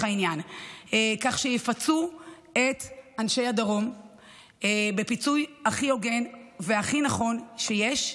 העניין כך שיפצו את אנשי הדרום בפיצוי הכי הוגן והכי נכון שיש.